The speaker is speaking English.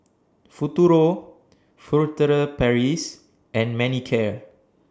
Futuro Furtere Paris and Manicare